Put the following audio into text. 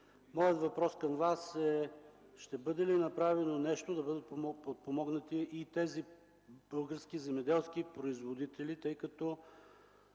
Моят въпрос към Вас е: ще бъде ли направено нещо, за да подпомогнете и тези български земеделски производители?